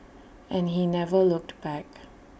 and he never looked back